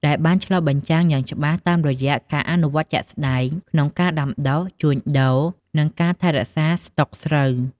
ដែលបានឆ្លុះបញ្ចាំងយ៉ាងច្បាស់តាមរយៈការអនុវត្តជាក់ស្ដែងក្នុងការដាំដុះ ជួញដូរ និងការថែរក្សាស្តុកស្រូវ។